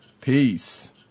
Peace